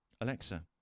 Alexa